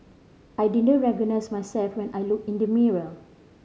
I didn't recognise myself when I looked in the mirror